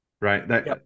right